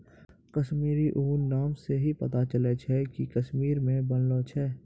कश्मीरी ऊन नाम से ही पता चलै छै कि कश्मीर मे बनलो छै